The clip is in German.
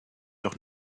doch